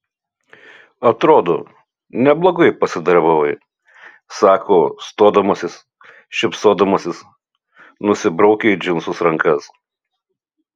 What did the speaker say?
atrodo neblogai pasidarbavai sako stodamasis šypsodamasis nusibraukia į džinsus rankas